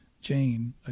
Jane